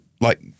like-